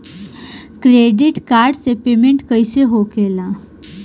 Credit card से payment कईसे होखेला?